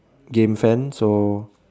game fan so